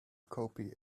copy